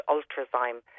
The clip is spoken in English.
Ultrazyme